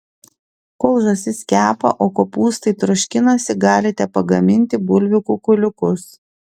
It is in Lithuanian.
kol žąsis kepa o kopūstai troškinasi galite pagaminti bulvių kukuliukus